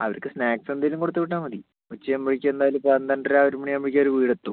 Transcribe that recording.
അവർക്ക് സ്നാക്ക്സ് എന്തെങ്കിലും കൊടുത്ത് വിട്ടാൽ മതി ഉച്ച ആകുമ്പോഴേക്കും എന്തായാലും പന്ത്രണ്ടര ഒരു മണി ആകുമ്പോഴേക്കും അവർ വീട് എത്തും